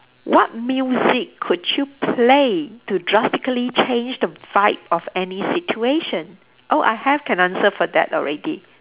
what music could you play to drastically change the vibe of any situation oh I have an answer for that already